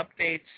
updates